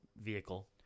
vehicle